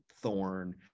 thorn